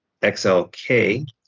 XLK